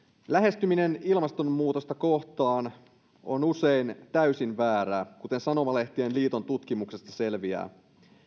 lähestyminen ilmastonmuutosta kohtaan on usein täysin väärää kuten sanomalehtien liiton tutkimuksesta selviää